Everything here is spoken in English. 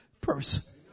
person